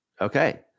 okay